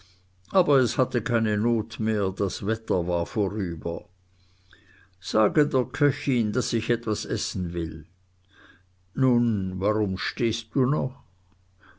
aber es hatte keine not mehr das wetter war vorüber sage der köchin daß ich etwas essen will nun warum stehst du noch